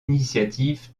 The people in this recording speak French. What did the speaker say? initiatives